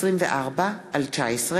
אורלי לוי אבקסיס,